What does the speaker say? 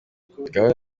gahunda